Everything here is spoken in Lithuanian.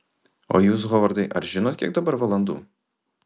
o jūs hovardai ar žinot kiek dabar valandų